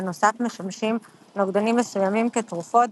בנוסף משמשים נוגדנים מסוימים כתרופות,